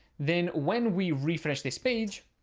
then when we refresh this page,